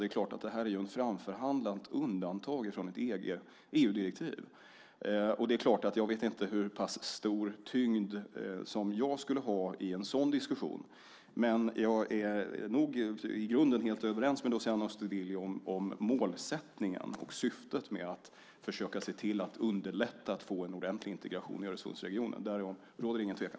Detta är ett framförhandlat undantag från ett EU-direktiv, och jag vet inte hur pass stor tyngd jag skulle ha i en sådan diskussion. Jag är i grunden helt överens med Luciano Astudillo om målsättningen och syftet med att försöka underlätta för att få en ordentlig integration i Öresundsregionen. Därom råder ingen tvekan.